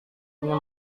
ingin